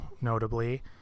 notably